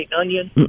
onion